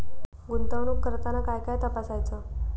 गुंतवणूक करताना काय काय तपासायच?